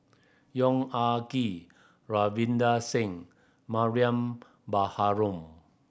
Yong Ah Kee Ravinder Singh Mariam Baharom